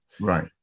Right